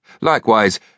Likewise